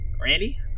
Ready